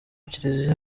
kiliziya